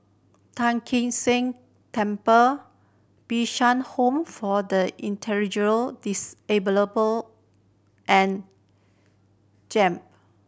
Tai Kak Seah Temple Bishan Home for the Intellectual Disabled and JEM